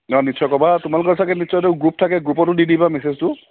অঁ নিশ্চয় ক'বা তোমালোকৰ চাগে নিশ্চয় গ্ৰুপ থাকে গ্ৰুপটো দি দিবা মেছেজটো